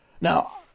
Now